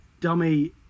Dummy